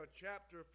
chapter